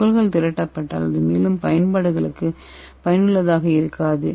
துகள்கள் திரட்டப்பட்டால் அது மேலும் பயன்பாடுகளுக்கு பயனுள்ளதாக இருக்காது